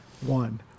one